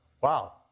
Wow